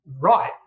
right